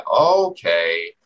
Okay